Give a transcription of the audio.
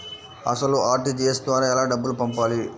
అసలు అర్.టీ.జీ.ఎస్ ద్వారా ఎలా డబ్బులు పంపాలి?